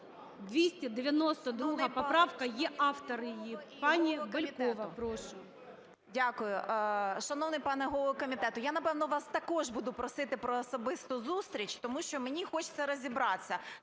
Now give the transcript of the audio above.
Дякую. Шановний пане голово комітету! Я, напевно, вас також буду просити про особисту зустріч, тому що мені хочеться розібратися,